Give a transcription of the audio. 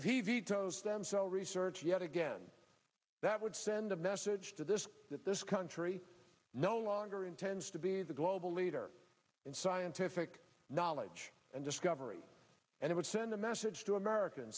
if he vetoes stem cell research yet again that would send a message to this that this country no longer intends to be the global leader in scientific knowledge and discovery and it would send a message to america